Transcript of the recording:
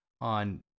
on